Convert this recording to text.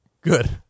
Good